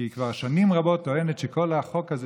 כי היא כבר שנים רבות טוענת שכל החוק הזה